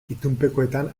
itunpekoetan